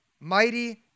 Mighty